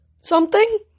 Something